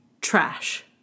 trash